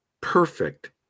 perfect